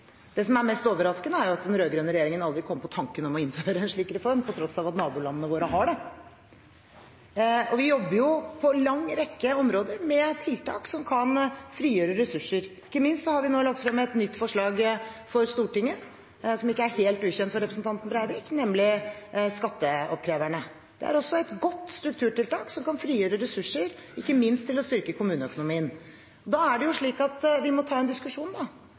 Det som er mest overraskende, er at den rød-grønne regjeringen aldri kom på tanken om å innføre en slik reform på tross av at nabolandene våre har det. Vi jobber på en lang rekke områder med tiltak som kan frigjøre ressurser. Vi har nå lagt frem et nytt forslag for Stortinget, som ikke er helt ukjent for representanten Breivik, nemlig det som gjelder skatteoppkreverne. Det er også et godt strukturtiltak som kan frigjøre ressurser til ikke minst å styrke kommuneøkonomien. Vi må da ta en diskusjon om det.